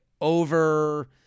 over